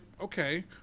okay